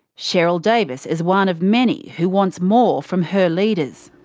sheryl davis is one of many who wants more from her leaders.